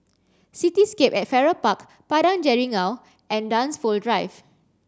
Cityscape at Farrer Park Padang Jeringau and Dunsfold Drive